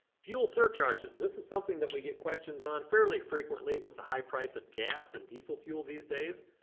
fuel surcharges. this is something that we get questions on fairly frequently with the high price of gas and diesel fuel these days.